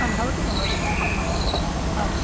आं भवतु महोदये आम् आम्